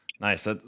nice